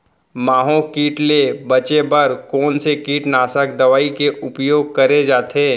माहो किट ले बचे बर कोन से कीटनाशक दवई के उपयोग करे जाथे?